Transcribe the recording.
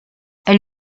elle